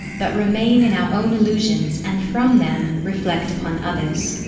but remain in our own illusions, and from them, reflect upon others.